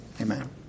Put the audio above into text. Amen